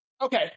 Okay